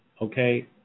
Okay